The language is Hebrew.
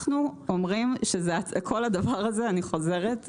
אנחנו אומרים שכל הדבר הזה אני חוזרת,